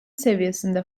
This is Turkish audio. seviyesinde